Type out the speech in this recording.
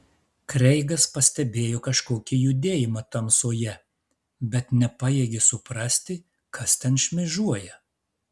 kreigas pastebėjo kažkokį judėjimą tamsoje bet nepajėgė suprasti kas ten šmėžuoja